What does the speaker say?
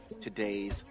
today's